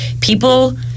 people